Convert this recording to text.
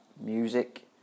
music